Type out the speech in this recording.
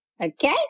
okay